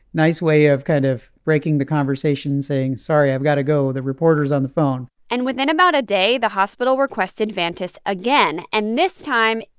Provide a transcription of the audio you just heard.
nice way of kind of breaking the conversation, saying, sorry. i've got to go. the reporter's on the phone and within about a day, the hospital requested vantas again. and this time,